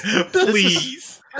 Please